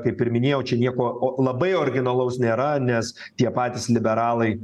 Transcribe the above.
kaip ir minėjau čia nieko o labai originalaus nėra nes tie patys liberalai